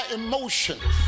emotions